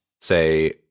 say